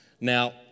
Now